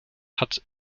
had